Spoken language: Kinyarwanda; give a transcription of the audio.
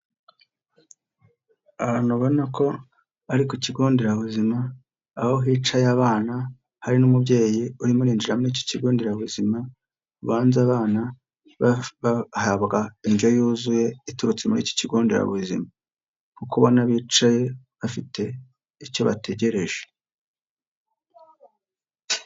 Abantu ubona ko bari ku kigo nderabuzima aho hicaye abana hari n'umubyeyi urimo arinjira muri iki kigo nderabuzima, ubanza abana bahabwa indyo yuzuye iturutse muri iki kigo nderabuzima, kubona bicaye bafite icyo bategereje.